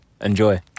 Enjoy